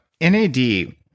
NAD